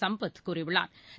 சம்பத் கூறியுள்ளாா்